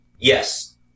Yes